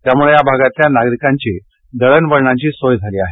त्यामुळे या भागातल्या नागरिकांची दळणवळणाची सोय झाली आहे